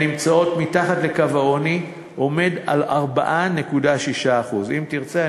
נמצאות מתחת לקו העוני עומד על 4.6%. אם תרצה,